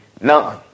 none